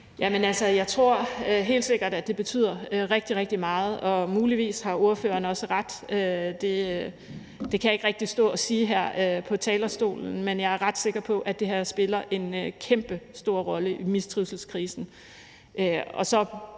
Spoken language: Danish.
Jeg tror helt sikkert, at det betyder rigtig, rigtig meget, og muligvis har ordføreren også ret i det. Det kan jeg ikke rigtig stå og sige her på talerstolen, men jeg er ret sikker på, at det her spiller en kæmpestor rolle i mistrivselskrisen.